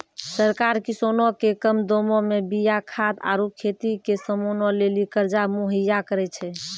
सरकार किसानो के कम दामो मे बीया खाद आरु खेती के समानो लेली कर्जा मुहैय्या करै छै